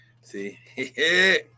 See